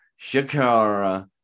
Shakara